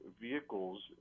vehicles